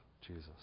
Jesus